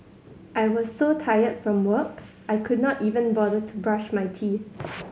I was so tired from work I could not even bother to brush my teeth